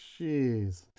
Jeez